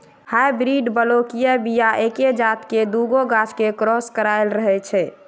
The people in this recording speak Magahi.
हाइब्रिड बलौकीय बीया एके जात के दुगो गाछ के क्रॉस कराएल रहै छै